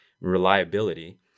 reliability